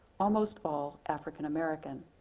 almost all african american.